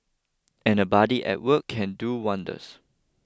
and a buddy at work can do wonders